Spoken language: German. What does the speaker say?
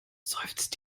seufzt